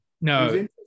No